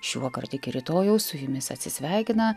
šiuokart iki rytojaus su jumis atsisveikina